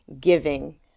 giving